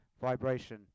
vibration